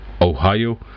Ohio